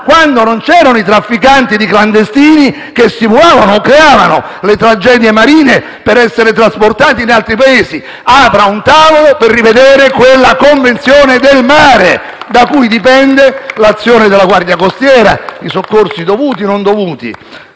quando non c'erano i trafficanti di clandestini che simulavano o creavano le tragedie marine per essere trasportati da altri Paesi. Apra un tavolo per rivedere la Convenzione del mare da cui dipende l'azione della Guardia costiera, i soccorsi dovuti e non dovuti.